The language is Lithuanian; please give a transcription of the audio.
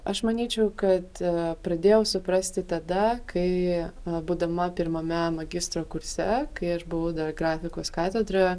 aš manyčiau kad pradėjau suprasti tada kai būdama pirmame magistro kurse kai aš buvau dar grafikos katedroje